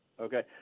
Okay